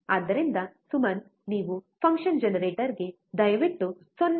ಆದ್ದರಿಂದ ಸುಮನ್ ನೀವು function generator ಗೆ ದಯವಿಟ್ಟು 0